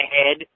ahead